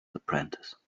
apprentice